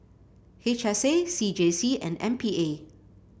H S A C J C and M P A